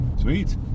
Sweet